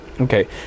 Okay